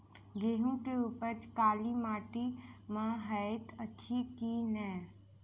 गेंहूँ केँ उपज काली माटि मे हएत अछि की नै?